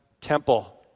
temple